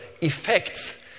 effects